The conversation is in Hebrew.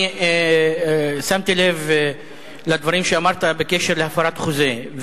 אני שמתי לב לדברים שאמרת על הפרת חוזה,